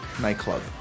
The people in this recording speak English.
nightclub